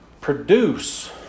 produce